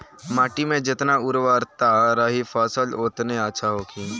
माटी में जेतना उर्वरता रही फसल ओतने अच्छा होखी